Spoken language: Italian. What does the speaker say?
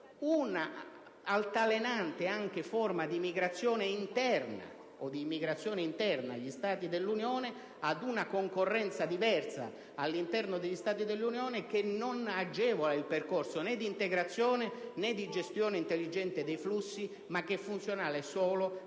un'altalenante forma di migrazione interna o di immigrazione interna agli Stati dell'Unione, una concorrenza diversa all'interno degli Stati dell'Unione che non agevola il percorso né di integrazione, né di gestione intelligente dei flussi, ma che è funzionale solo a creare ulteriori